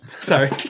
Sorry